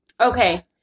Okay